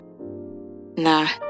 Nah